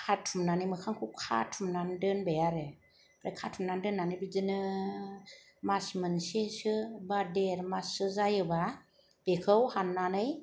खाथुमनानै मोखांखौ खाथुमनानै दोनबाय आरो ओमफ्राय खाथुमनानै दोनानै बिदिनो मास मोनसेसो बा देर माससो जायो बा बेखौ हाननानै